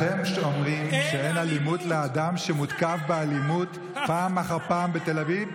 אתם אומרים שאין אלימות לאדם שמותקף באלימות פעם אחר פעם בתל אביב,